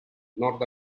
nord